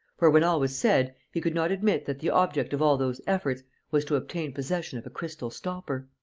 for, when all was said, he could not admit that the object of all those efforts was to obtain possession of a crystal stopper!